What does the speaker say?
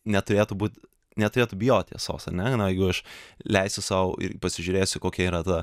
neturėtų būt neturėtų bijot tiesos ane na jeigu aš leisiu sau ir pasižiūrėsiu kokia yra ta